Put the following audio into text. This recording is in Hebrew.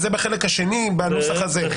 זה בחלק השני בנוסח הזה.